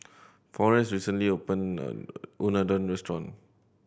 Forrest recently opened a Unadon restaurant